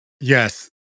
Yes